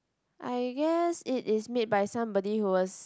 I guess it is made by somebody who was